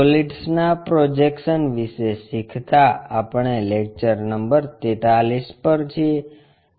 સોલિડ્સના projection વિશે શીખતા આપણે લેક્ચર નંબર 43 પર છીએ